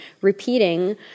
repeating